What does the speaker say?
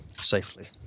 Safely